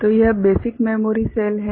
तो यह basic memory cell है